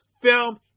film